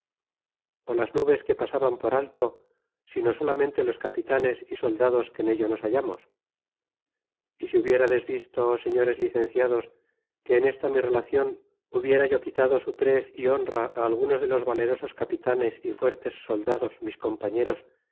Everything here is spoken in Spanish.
las nubes que pasaban por alto sino solamente los capitanes y soldados que en ello nos hallamos y si hubiérades visto señores licenciados que en esta mi relacion hubiera yo quitado su prez y honra á algunos de los valerosos capitanes y fuertes soldados mis compañeros